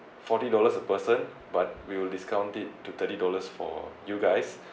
forty dollars a person but we will discount it to thirty dollars for you guys